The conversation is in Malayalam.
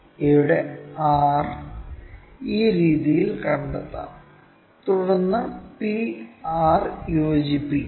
ഇവിടെ r ഈ രീതിയിൽ കണ്ടെത്താം തുടർന്ന് p r യോജിപ്പിക്കുക